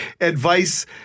advice